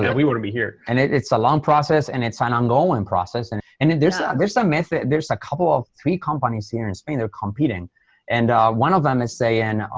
yeah we wouldn't be here and it's a long process and it's an ongoing process and and there's a, there's some method, there's a couple of three companies here in spain they're competing and one of them is saying, oh,